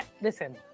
listen